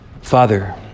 Father